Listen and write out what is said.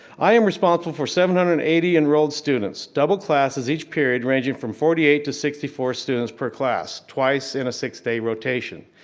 i am responsible for seven hundred and eighty enrolled students, double classes each period, ranging from forty eight to sixty four students per class, twice in a six day rotation.